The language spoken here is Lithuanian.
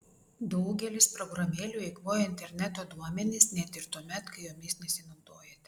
daugelis programėlių eikvoja interneto duomenis net ir tuomet kai jomis nesinaudojate